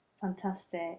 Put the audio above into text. fantastic